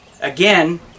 again